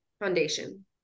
Foundation